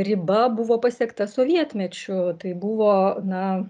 riba buvo pasiekta sovietmečiu tai buvo na